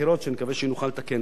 ונקווה שנוכל לתקן את זה.